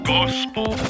Gospel